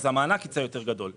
אז המענק ייצא גדול יותר.